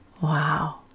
Wow